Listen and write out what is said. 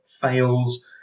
fails